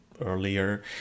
earlier